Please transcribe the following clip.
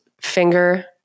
finger